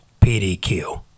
PDQ